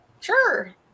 Sure